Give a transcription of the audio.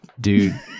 dude